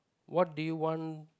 what do you want